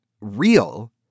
real